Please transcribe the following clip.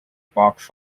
box